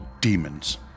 Demons